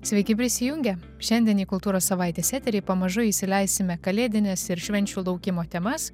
sveiki prisijungę šiandien į kultūros savaitės eterį pamažu įsileisime kalėdines ir švenčių laukimo temas